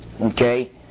Okay